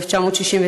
1969,